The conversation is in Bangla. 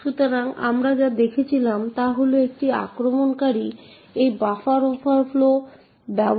সুতরাং আমরা এই বক্তৃতায় এই উদাহরণগুলি প্রদর্শন করব